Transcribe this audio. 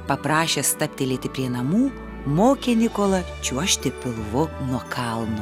paprašė stabtelėti prie namų mokė nikolą čiuožti pilvu nuo kalno